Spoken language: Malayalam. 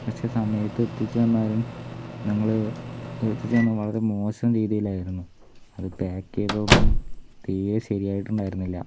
പക്ഷേ സമയത്ത് എത്തിച്ചു തന്നാലും നിങ്ങള് എത്തിച്ചു തന്നത് വളരെ മോശം രീതിയിലായിരുന്നു അത് പ്യാക്ക് ചെയ്തതൊന്നും തീരെ ശരിയായിട്ട് ഉണ്ടായിരുന്നില്ല